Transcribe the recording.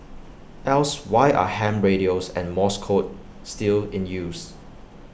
else why are ham radios and morse code still in use